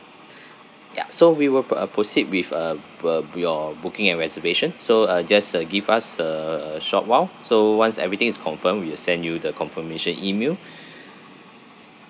ya so we will pro~ uh proceed with uh b~ uh your booking and reservation so uh just uh give us uh a short while so once everything is confirm we'll send you the confirmation email